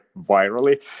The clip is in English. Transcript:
virally